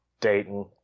dayton